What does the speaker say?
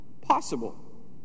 possible